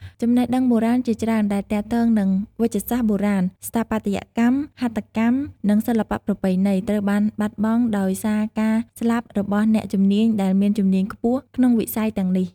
ចំណេះដឹងបុរាណជាច្រើន ដែលទាក់ទងនឹងវេជ្ជសាស្ត្របុរាណ ស្ថាបត្យកម្ម ហត្ថកម្ម និងសិល្បៈប្រពៃណី ត្រូវបានបាត់បង់ដោយសារការស្លាប់របស់អ្នកជំនាញដែលមានជំនាញខ្ពស់ក្នុងវិស័យទាំងនេះ។